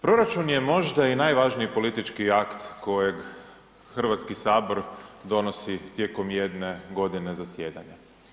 Proračun je možda i najvažniji politički akt kojeg Hrvatski sabor donosi tijekom jedne godine zasjedanja.